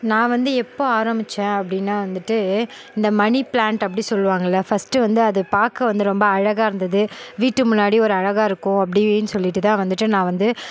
நான் வந்து எப்போ ஆரமிச்சேன் அப்படினா வந்துட்டு இந்த மனி பிளாண்ட் அப்படி சொல்லுவாங்கள ஃபர்ஸ்ட் வந்து அதை பார்க்க வந்து ரொம்ப அழகாக இருந்தது வீட்டு முன்னாடி ஒரு அழகாக இருக்கும் அப்படின்னு சொல்லிட்டு தான் வந்துட்டு நான் வந்து